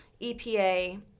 EPA